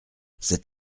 cet